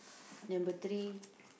number three